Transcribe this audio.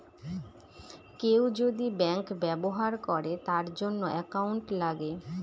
কেউ যদি ব্যাঙ্ক ব্যবহার করে তার জন্য একাউন্ট লাগে